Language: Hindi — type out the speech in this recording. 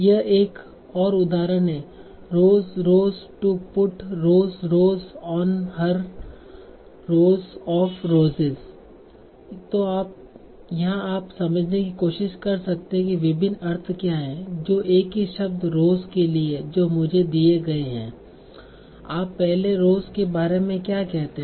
यह एक और उदाहरण है rose rose to put rose rose on her rose of roses तो यहाँ आप समझने की कोशिश कर सकते हैं कि विभिन्न अर्थ क्या हैं जो एक ही शब्द rose के लिए जो मुझे दिए गए हैं आप पहले rose के बारे में क्या कहते हैं